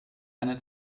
eine